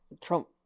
Trump